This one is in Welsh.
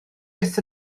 byth